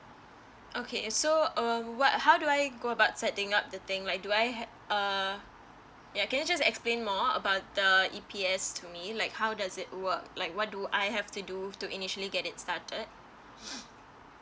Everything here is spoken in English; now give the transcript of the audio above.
okay so uh what how do I go about setting up the thing like do I hav~ uh ya can you just explain more about the E_P_S to me like how does it work like what do I have to do to initially get it started